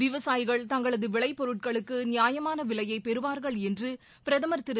விவசாயிகள் தங்களது விளைபொருட்களுக்கு நியாயமான விலையை பெறுவார்கள் என்று பிரதமா் திரு